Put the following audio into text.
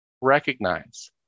recognize